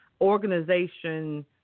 organization